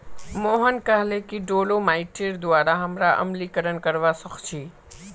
मोहन कहले कि डोलोमाइटेर द्वारा हमरा अम्लीकरण करवा सख छी